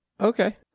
Okay